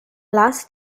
lass